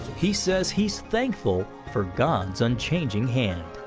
he says he is thankful for god's unchanging hand.